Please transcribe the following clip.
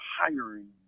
hiring